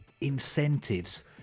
incentives